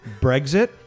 Brexit